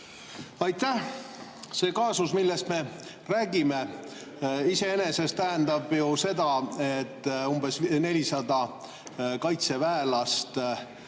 Aitäh! See kaasus, millest me räägime, iseenesest tähendab ju seda, et umbes 400 kaitseväelast